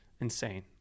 insane